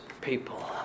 people